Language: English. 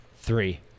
Three